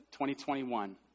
2021